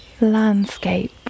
landscape